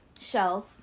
shelf